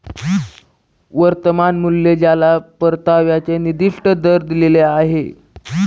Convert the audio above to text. वर्तमान मूल्य ज्याला परताव्याचा निर्दिष्ट दर दिलेला आहे